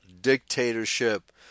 dictatorship